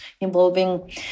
involving